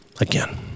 again